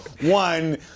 one